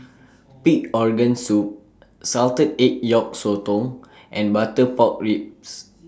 Pig Organ Soup Salted Egg Yolk Sotong and Butter Pork Ribs